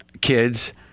kids